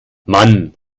mann